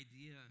idea